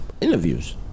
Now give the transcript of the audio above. interviews